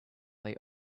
they